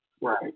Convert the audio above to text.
Right